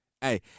Hey